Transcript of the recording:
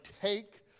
take